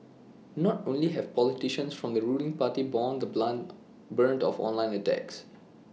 not only have politicians from the ruling party borne the bland brunt of online attacks